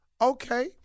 okay